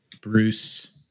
Bruce